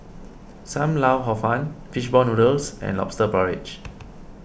Sam Lau Hor Fun Fish Ball Noodles and Lobster Porridge